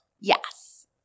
Yes